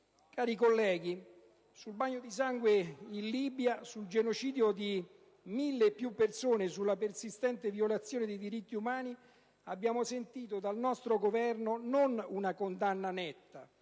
Cari colleghi, sul bagno di sangue in Libia, sul genocidio di mille e più persone e sulla persistente violazione dei diritti umani, abbiamo sentito dal nostro Governo, non una condanna netta,